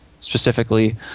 specifically